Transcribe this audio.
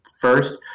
First